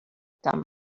dumb